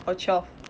oh twelve